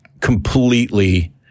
completely